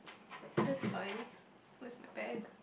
where's my where's my bag